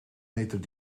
meter